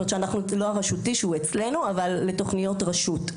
לתוכניות רשות.